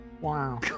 Wow